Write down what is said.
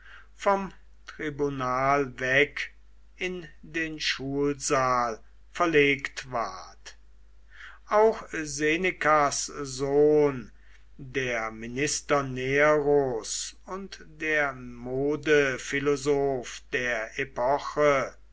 vom tribunal weg in den schulsaal verlegt ward auch senecas sohn der minister neros und der modephilosoph der epoche